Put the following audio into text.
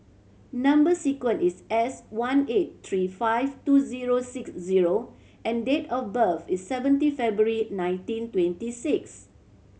number sequence is S one eight three five two zero six zero and date of birth is seventeen February nineteen twenty six